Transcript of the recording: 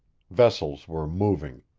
vessels were moving.